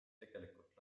tegelikult